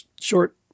short